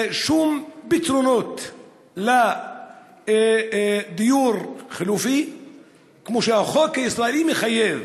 שום פתרונות של דיור חלופי כמו שהחוק הישראלי מחייב.